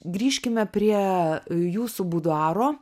grįžkime prie jūsų buduaro